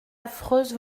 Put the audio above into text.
affreuse